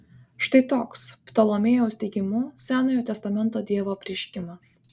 štai toks ptolomėjaus teigimu senojo testamento dievo apreiškimas